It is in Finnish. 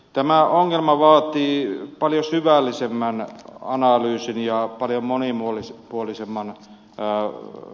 tämä ongelma vaatii paljon syvällisemmän analyysin ja oli moni muu lisä olisi maan päällä